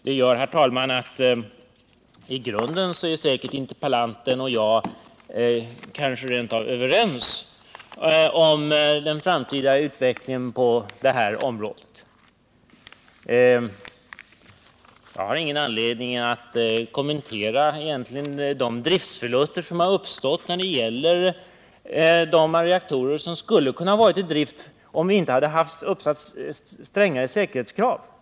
Det gör, herr talman, att interpella aten och jag i grunden kanske rent av är överens om den framtida utvecklingen på det här området. Jag har egentligen ingen anledning att kommentera de driftförluster som har uppstått när det gäller de reaktorer som skulle ha kunnat vara i drift, om vi inte hade haft strängare säkerhetskrav.